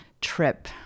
trip